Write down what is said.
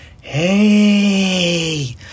Hey